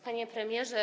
Panie Premierze!